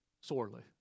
sorely